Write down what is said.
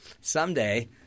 Someday